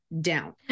down